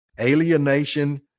alienation